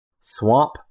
Swamp